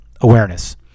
awareness